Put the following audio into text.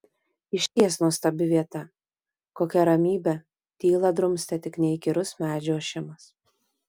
išties nuostabi vieta kokia ramybė tylą drumstė tik neįkyrus medžių ošimas